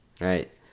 right